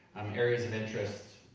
areas of interest,